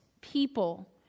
people